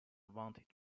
wanted